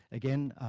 again,